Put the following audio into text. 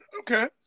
okay